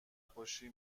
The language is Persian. خوشی